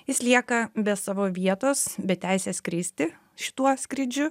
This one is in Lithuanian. jis lieka be savo vietos be teisės skristi šituo skrydžiu